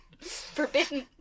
forbidden